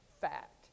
fact